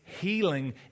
healing